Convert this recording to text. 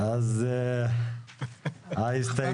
מיעוט